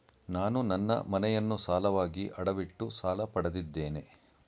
ನಾನು ನನ್ನ ಮನೆಯನ್ನು ಸಾಲವಾಗಿ ಅಡವಿಟ್ಟು ಸಾಲ ಪಡೆದಿದ್ದೇನೆ